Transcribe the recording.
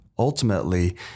ultimately